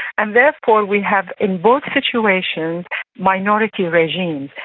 and therefore we have in both situations minority regimes.